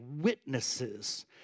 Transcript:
witnesses